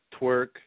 twerk